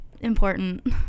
important